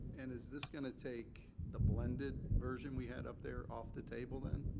and is this going to take the blended version we had up there off the table, then?